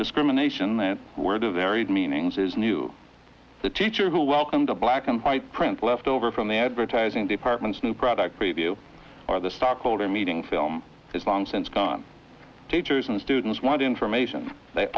discrimination and where the varied meanings is new the teacher who welcomed a black and white print left over from the advertising department's new product review or the stockholder meeting film has long since gone teachers and students want information they